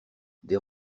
des